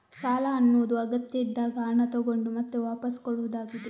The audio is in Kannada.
ಸಾಲ ಅನ್ನುದು ಅಗತ್ಯ ಇದ್ದಾಗ ಹಣ ತಗೊಂಡು ಮತ್ತೆ ವಾಪಸ್ಸು ಕೊಡುದಾಗಿದೆ